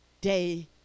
day